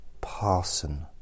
Parson